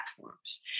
platforms